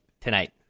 tonight